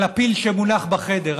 על הפיל שמונח בחדר,